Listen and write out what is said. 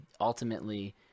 ultimately